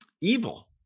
evil